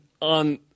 on